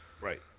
Right